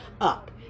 up